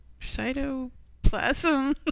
cytoplasm